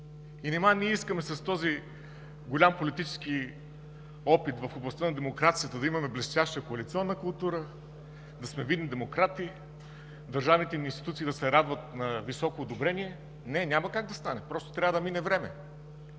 г. Нима ние искаме с този голям политически опит в областта на демокрацията да имаме блестяща коалиционна култура, да сме видни демократи, държавните ни институции да се радват на високо одобрение?! Не, няма как да стане, просто трябва да мине време.